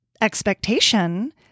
expectation